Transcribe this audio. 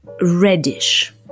reddish